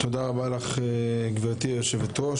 תודה רבה לך גברתי היושבת-ראש.